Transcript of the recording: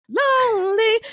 lonely